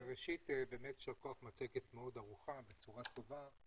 ראשית, באמת שאפו, המצגת מאוד ערוכה בצורה טובה.